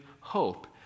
hope